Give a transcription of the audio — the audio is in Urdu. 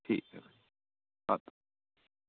ٹھیک ہے بھائی